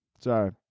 Sorry